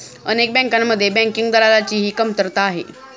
अनेक बँकांमध्ये बँकिंग दलालाची ही कमतरता आहे